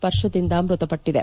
ಸ್ಪರ್ಶದಿಂದ ಮೃತಪಟ್ಟಿದೆ